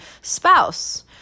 spouse